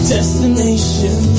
Destination